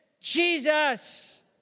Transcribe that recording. Jesus